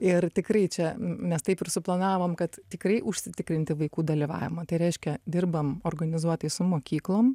ir tikrai čia mes taip ir suplanavom kad tikrai užsitikrinti vaikų dalyvavimą tai reiškia dirbam organizuotai su mokyklom